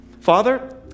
father